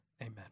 Amen